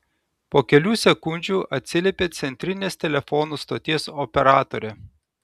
po kelių sekundžių atsiliepė centrinės telefonų stoties operatorė